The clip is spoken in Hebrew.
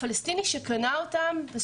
בסופו של דבר הפלסטיני שקנה אותם או